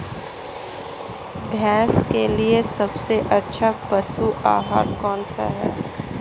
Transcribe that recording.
भैंस के लिए सबसे अच्छा पशु आहार कौनसा है?